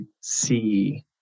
see